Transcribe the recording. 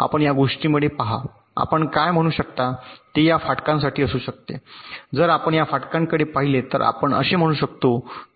आपण या गोष्टीमुळे पहा आपण काय म्हणू शकता ते या फाटकासाठी असू शकते जर आपण या फाटकाकडे पाहिले तर आपण असे म्हणू शकतो